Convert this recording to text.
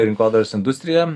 rinkodaros industrija